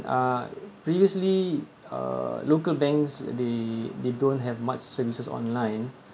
uh previously uh local banks they they don't have much services online